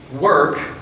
work